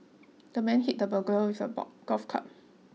the man hit the burglar with a golf club